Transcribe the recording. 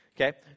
Okay